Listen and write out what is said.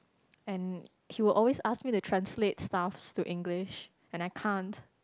and he would always ask me to translate stuffs to English and I can't